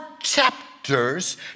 chapters